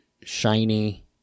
shiny